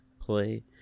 play